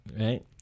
right